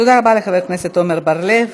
תודה רבה לחבר הכנסת עמר בר-לב.